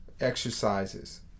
exercises